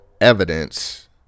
evidence